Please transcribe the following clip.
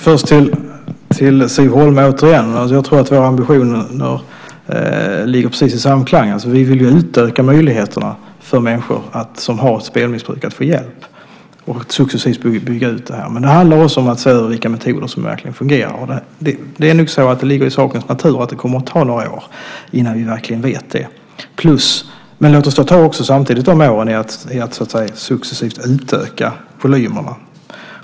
Fru talman! Återigen, Siv Holma: Jag tror att våra ambitioner är i samklang. Vi vill utöka möjligheterna för människor med spelmissbruk att få hjälp och successivt bygga ut det här. Det handlar också om att se över vilka metoder som verkligen fungerar. Det ligger nog i sakens natur att det kommer att ta några år innan vi verkligen vet det. Låt oss samtidigt använda de åren till att så att säga successivt utöka volymerna!